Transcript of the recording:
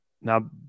now